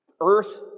Earth